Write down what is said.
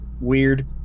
weird